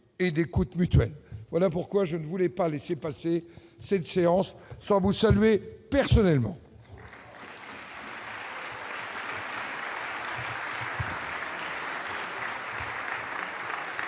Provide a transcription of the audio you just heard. et d'écoute mutuelle, voilà pourquoi je ne voulais pas laisser passer cette séance sans vous saluer personnellement.